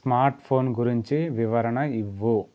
smartphone గురించి వివరణ ఇవ్వు